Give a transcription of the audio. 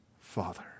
Father